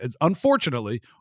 unfortunately